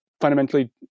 fundamentally